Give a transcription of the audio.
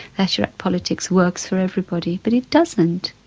thatcherite politics works for everybody, but it doesn't.